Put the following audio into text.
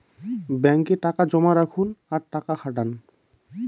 ব্যাঙ্কে টাকা জমা রাখুন আর টাকা খাটান